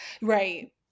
Right